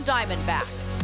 Diamondbacks